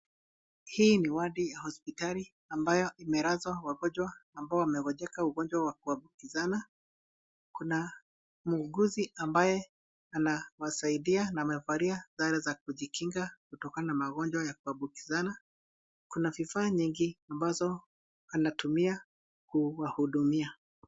Hii ni wadi ya hospitali ambayo imelazaa wagonjwa ambayo wamengonjeka ugonjwa wa kuapukizana. Kuna muuguzi ambaye anawazaidia na wamevalia sare za kujinga kutokana na mangonjwa ya kuapukisana. Kuna vifaa nyingi ambazo anatumia kuwahudumia.